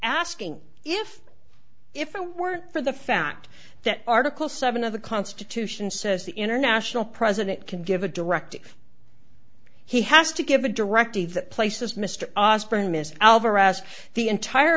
asking if if it weren't for the fact that article seven of the constitution says the international president can give a directive he has to give a directive that places mr osbourne mr alvarez the entire